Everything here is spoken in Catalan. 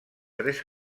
tres